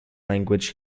language